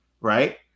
right